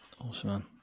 Awesome